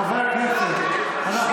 חברי הכנסת, אנחנו